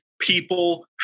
people